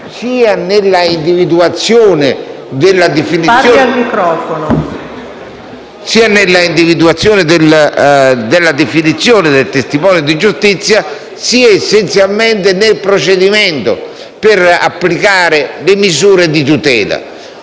sia nell'individuazione della definizione del testimone di giustizia, sia, essenzialmente, nel procedimento per applicare le misure di tutela.